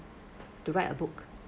to write a book